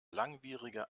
langwierige